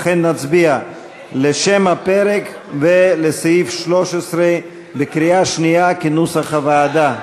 לכן נצביע בקריאה שנייה על שם הפרק ועל סעיף 13 כנוסח הוועדה.